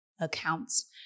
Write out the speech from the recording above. accounts